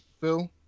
Phil